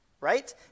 right